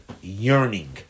yearning